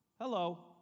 Hello